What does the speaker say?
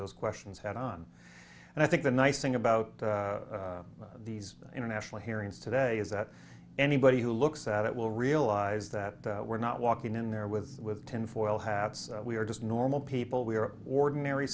those questions head on and i think the nice thing about these international hearings today is that anybody who looks at it will realize that we're not walking in there with ten for all hats we are just normal people we are ordinary